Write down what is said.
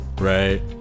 Right